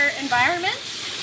environments